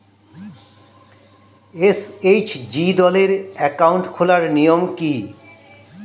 SHG দলের account খোলার নিয়ম কী?